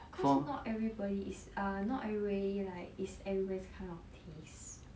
cause not everybody is err not everybody like is everybody kind of taste